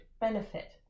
benefit